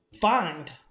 find